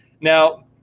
now